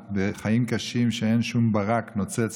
בחיים קשים שאין בהם שום ברק נוצץ